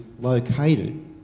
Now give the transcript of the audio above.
located